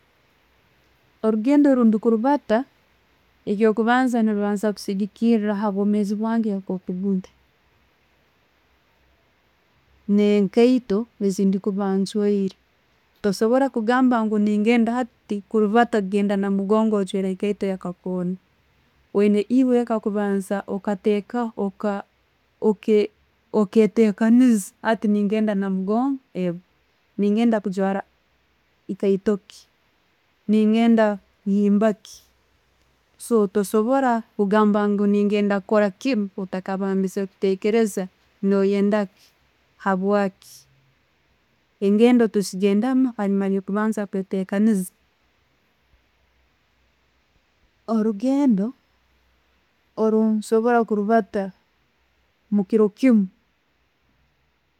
Orugendo rwendikulibaata, ekyokubanza ne'banza kusigikiira ha'bwomeezi bwange nko'buli ne'nkeito zenkuba njwaire. Tinsobora kugamba hati ndibaata kugenda namugongo ojwaire ekaito ya kakondo. Oyina kubanza oketekaniiza, hati negenda namugongo, ego, nengenda kugwarra nkaito ki?, negenda ne'mabaki?. Tosobora kugamba ne'ngenda kukora kiinu otabandiize kutekereza no'yenda ki, habwaki?. Engendo tuzigendamu hanjuma yo kubanza kwetekaniiza, orugendo orwo nkusobora kulibata mukiro kimu.